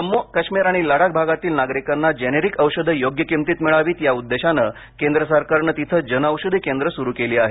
जम्मू काश्मीर आणि लडाख भागातील नागरिकांना जेनेरीक औषधे योग्य किंमतीत मिळावीत या उद्देशाने केंद्र सरकारनं तिथं जन औषधी केंद्रं सुरू केली आहेत